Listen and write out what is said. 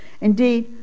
Indeed